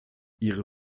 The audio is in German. ihre